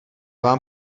vám